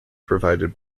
provided